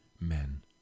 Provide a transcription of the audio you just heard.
men